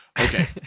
Okay